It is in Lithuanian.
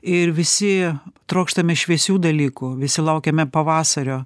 ir visi trokštame šviesių dalykų visi laukiame pavasario